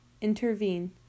Intervene